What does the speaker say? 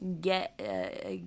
get